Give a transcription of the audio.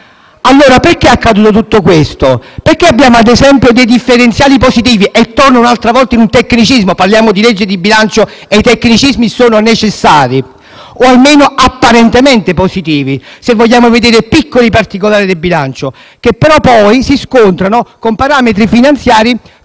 dunque, è accaduto tutto questo? Perché abbiamo - ad esempio - dei differenziali positivi? Torno ancora una volta a un tecnicismo: parliamo di legge di bilancio e, dunque, i tecnicismi sono necessari o almeno apparentemente positivi, se vogliamo vedere piccoli particolari del bilancio, che poi però si scontrano con parametri finanziari